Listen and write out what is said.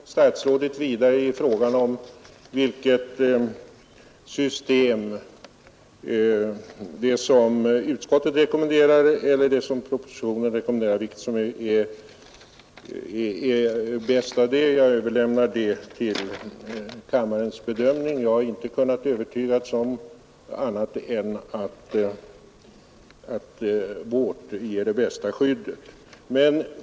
Herr talman! Jag skall inte polemisera vidare mot statsrådet i frågan om vilket system som är bäst — det som utskottet rekommenderar eller det som propositionen rekommenderar. Jag överlämnar det till kammarens bedömning. Jag har inte blivit övertygad om annat än att vårt ger det bästa skyddet.